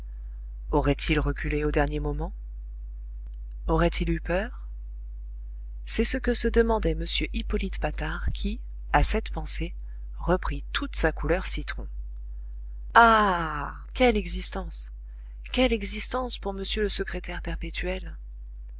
aurait-il reculé au dernier moment aurait-il eu peur c'est ce que se demandait m hippolyte patard qui à cette pensée reprit toute sa couleur citron ah quelle existence quelle existence pour m le secrétaire perpétuel